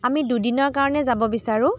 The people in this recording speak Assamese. আমি দুদিনৰ কাৰণে যাব বিচাৰোঁ